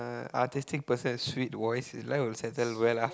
uh artistic person with sweet voice his life will settle well af~